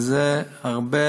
זה הרבה